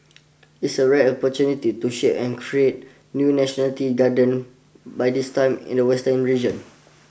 it's a rare opportunity to share and create new nationality garden by this time in the western region